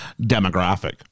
demographic